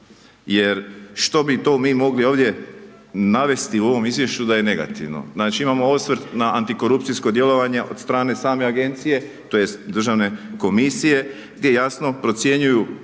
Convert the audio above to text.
Jer što bi to mi mogli ovdje navesti u ovom izvješću da je negativno? Znači imamo osvrt na antikorupcijsko djelovanje od strane same agencije, tj. državne komisije gdje jasno procjenjuju